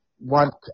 Want